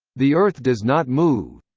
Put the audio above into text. the earth does not move.